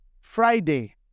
Friday